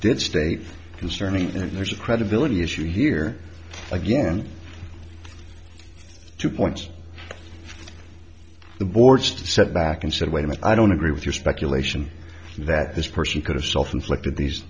did state concern and there's a credibility issue here again two points the board set back and said wait a minute i don't agree with your speculation that this person could have self inflicted these